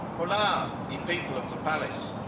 holla, ye people of the palace!